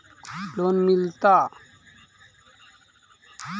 Loan मिलता?